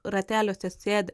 rateliuose sėdi